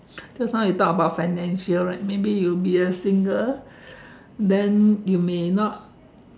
just now you talk about financial right maybe you'll be a single then you may not